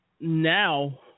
now